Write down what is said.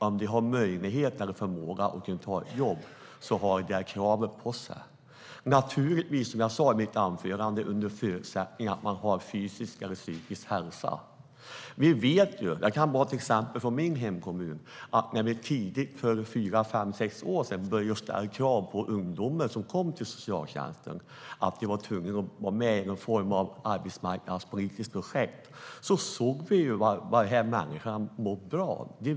Om de har möjlighet och förmåga att ta ett jobb har de det kravet på sig - naturligtvis, vilket jag sa i mitt anförande, under förutsättning att man har fysisk eller psykisk hälsa. Jag kan ta ett exempel från min hemkommun. För fem sex år sedan började vi ställa kravet på ungdomar som kom till socialtjänsten att de måste vara med i någon form av arbetsmarknadspolitiskt projekt. Vi såg då att dessa människor mådde bra av det.